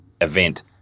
event